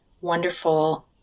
wonderful